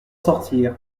sortir